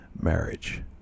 marriage